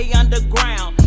underground